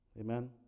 Amen